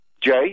Jay